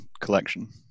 collection